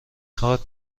خواد